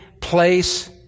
place